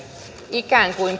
ikään kuin